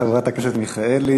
חברת הכנסת מיכאלי,